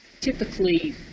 typically